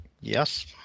Yes